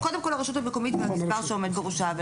יהיו הרשות המקומית והגזבר שעומד בראשה.